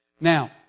Now